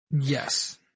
Yes